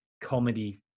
comedy